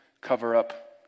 cover-up